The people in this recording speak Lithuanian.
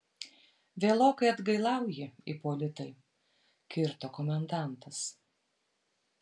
vėlokai atgailauji ipolitai kirto komendantas